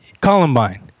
Columbine